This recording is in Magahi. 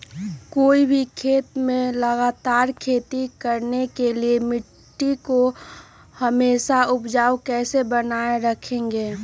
कोई भी खेत में लगातार खेती करने के लिए मिट्टी को हमेसा उपजाऊ कैसे बनाय रखेंगे?